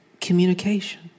communication